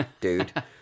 dude